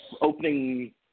opening